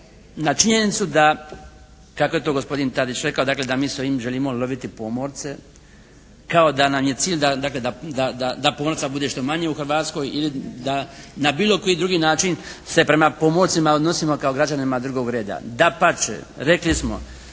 na činjenicu da kako je to gospodin Tadić rekao, dakle da mi s ovim želimo loviti pomorce kao da nam je cilj dakle da pomorca bude što manje u hrvatskoj ili da na bilo koji drugi način se prema pomorcima odnosimo kao građanima drugog reda. Dapače rekli smo